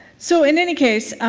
so in any case,